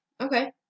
Okay